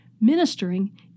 ministering